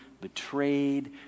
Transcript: betrayed